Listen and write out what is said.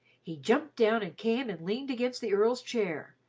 he jumped down and came and leaned against the earl's chair.